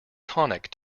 tonic